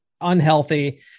unhealthy